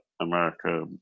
America